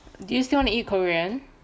do you still want to eat korean